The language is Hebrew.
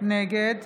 נגד